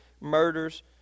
murders